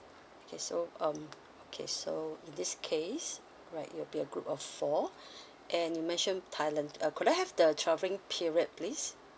okay so um okay so in this case right you'll be a group of four and you mentioned thailand uh could I have the traveling period please